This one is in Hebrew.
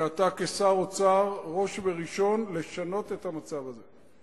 ואתה, כשר האוצר, ראש וראשון, לשנות את המצב הזה.